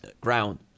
ground